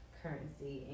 currency